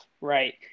right